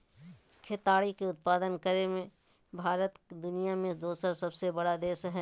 केताड़ी के उत्पादन करे मे भारत दुनिया मे दोसर सबसे बड़ा देश हय